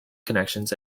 connections